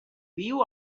viu